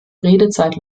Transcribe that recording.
redezeit